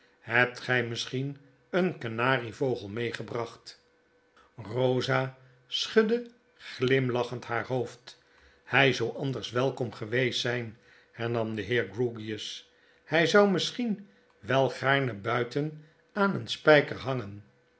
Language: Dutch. hebt gy misschien een kanarievogel meegebracht p rosa schudde glimlachend haar hoofd hy zou anders welkom geweest zp hernam de heer grewgious hy zou misschien wel gaarne buiten aan een spyker hangen